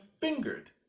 fingered